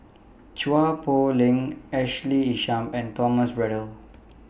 Chua Poh Leng Ashley Isham and Thomas Braddell